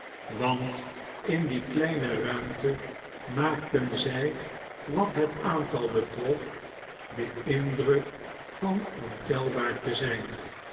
want in die kleine ruimte maakten zrj wat het aantal betrof den indruk van ontelbaar te zijn